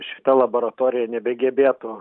šita laboratorija nebegebėtų